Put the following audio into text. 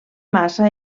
massa